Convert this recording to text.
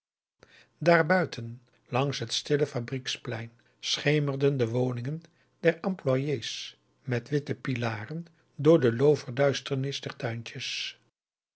daarbuiten langs het stille fabrieksplein schemerden de woningen der employés met witte pilaren door de looverduisternis der tuintjes